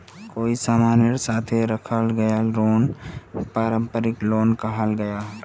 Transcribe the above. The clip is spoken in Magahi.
कोए सामानेर साथे गिरवी राखाल लोन पारंपरिक लोन कहाल गयाहा